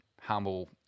humble